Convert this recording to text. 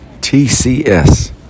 TCS